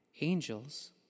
angels